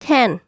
Ten